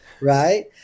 right